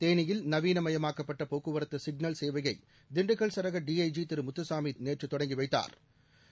தேனியில் நவீன மயமாக்கப்பட்ட போக்குவரத்து சிக்னல் சேவையை திண்டுக்கல் சரக டி ஐ ஐ ஐி திரு முத்துசாமி நேற்று தொடங்கி வைத்தாா்